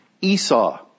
Esau